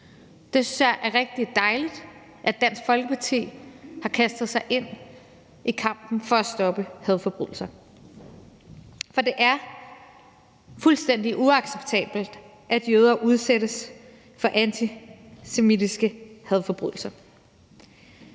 Jeg synes, det er rigtig dejligt, at Dansk Folkeparti har kastet sig ind i kampen for at stoppe hadforbrydelser, for det er fuldstændig uacceptabelt, at jøder udsættes for antisemitiske hadforbrydelser.